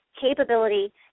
capability